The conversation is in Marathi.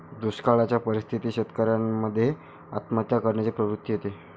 दुष्काळयाच्या परिस्थितीत शेतकऱ्यान मध्ये आत्महत्या करण्याची प्रवृत्ति येते